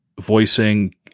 voicing